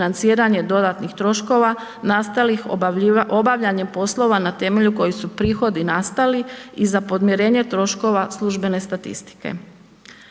dodatnih troškova nastalih obavljanjem poslova na temelju kojih su prihodi nastali i za podmirenje troškova službene statistike.